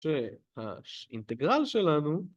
והאינטגרל שלנו...